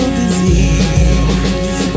disease